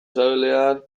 sabelean